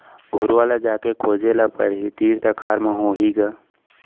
गरूवा ल जाके खोजे ल परही, तीर तखार म होही ग